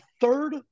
third